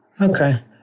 Okay